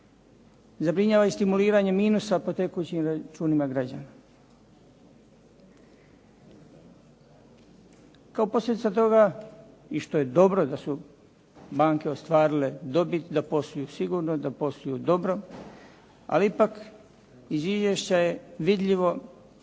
Zabrinjava i stimuliranje minusa po tekućim računima građana. Kao posljedica toga i što je dobro da su banke ostvarile dobit, da posluju sigurno, da posluju dobro, ali ipak iz izvješća je vidljivo da